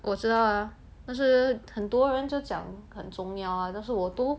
我知道啊但是很多人就讲很重要啊但是我都